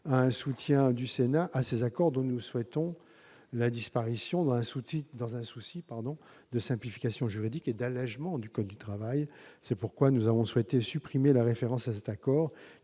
un soutien du Sénat à ces accords, dont nous souhaitons la disparition dans un souci de simplification juridique et d'allègement du code du travail. C'est pourquoi nous avons souhaité supprimé la référence à cet accord,